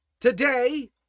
today